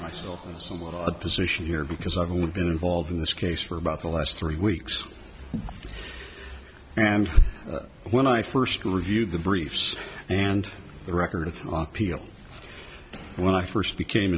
still somewhat of a position here because i've only been involved in this case for about the last three weeks and when i first reviewed the briefs and the record of people when i first became